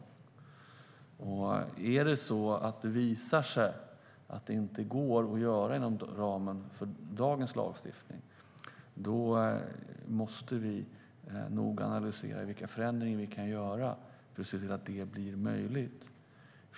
Om det visar sig att det inte går att göra inom ramen för dagens lagstiftning måste vi nog analysera vilka förändringar vi kan göra för att se till att det blir möjligt.